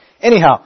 Anyhow